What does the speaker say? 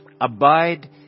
Abide